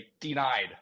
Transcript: denied